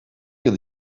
yıl